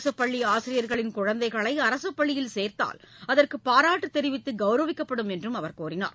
அரசுப்பள்ளி ஆசிரியர்களின் குழந்தைகளை அரசுப்பள்ளியில் சேர்த்தால் அதற்கு பாராட்டு தெரிவித்து கௌரவிக்கப்படும் என்று அவர் கூறினார்